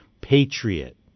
patriot